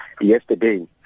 yesterday